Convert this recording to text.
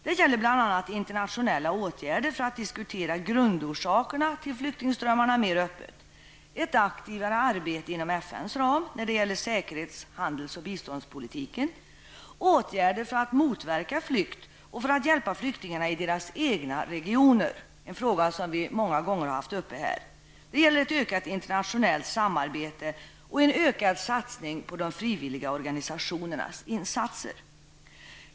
Det gäller bl.a. internationella åtgärder för att diskutera grundorsakerna till flyktingströmmarna mer öppet, ett aktivare arbete inom FNs ram när det gäller säkerhets-, handels och biståndspolitiken, åtgärder för att motverka flykt och för att hjälpa flyktingarna i deras egna regioner, en fråga som vi många gånger har haft uppe här. Det gäller ett ökat internationellt samarbete samt en ökad satsning på de frivilliga organisationernas insatser.